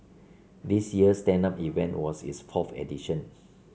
this year's stand up event was its fourth edition